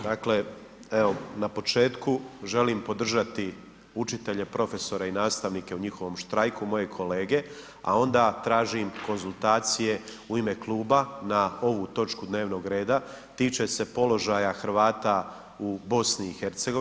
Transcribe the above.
Dakle, evo na početku želim podržati učitelje, profesore i nastavnike u njihovom štrajku, moje kolege, a onda tražim konzultacije u ime kluba na ovu točku dnevnog reda, tiče se položaja Hrvata u BiH.